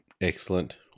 excellent